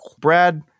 Brad